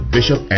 Bishop